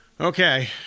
Okay